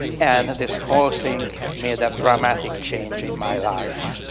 and this whole thing made a dramatic change in my life.